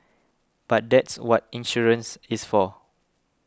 but that's what insurance is for